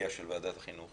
של ועדת חינוך